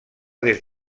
des